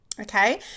Okay